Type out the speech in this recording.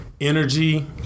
energy